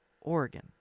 Oregon